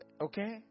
okay